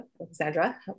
Alexandra